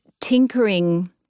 tinkering